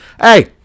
Hey